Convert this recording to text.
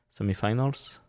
semifinals